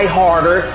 harder